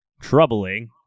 troubling